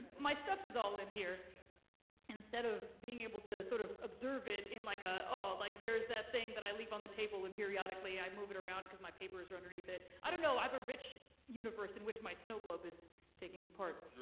my stuff is all in here instead of being able to sort of observe it in like, a, oh like there's that thing that i leave on the table and periodically i move it around because my papers are underneath it. i you know live in a rich universe in which my snow globe is taking part.